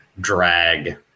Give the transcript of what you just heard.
drag